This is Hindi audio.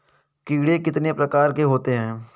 कीड़े कितने प्रकार के होते हैं?